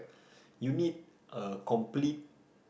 you need a complete